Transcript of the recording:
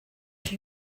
chi